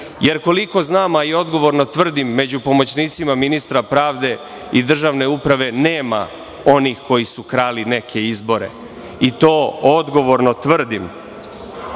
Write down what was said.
jer koliko znam, a i odgovorno tvrdim, među pomoćnicima ministra pravde i Državne uprave nema onih koji su krali neke izbore i to odgovorno tvrdim. Bilo